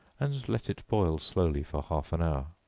and let it boil slowly for half an hour